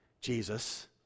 Jesus